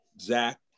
Zach